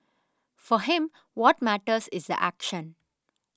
for him what matters is action